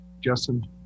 justin